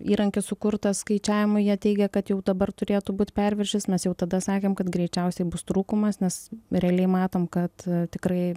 įrankis sukurtas skaičiavimui jie teigia kad jau dabar turėtų būt perviršis mes jau tada sakėm kad greičiausiai bus trūkumas nes realiai matom kad tikrai